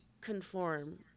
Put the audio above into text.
conform